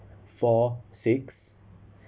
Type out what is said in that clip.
four six